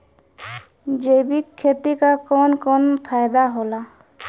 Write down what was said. जैविक खेती क कवन कवन फायदा होला?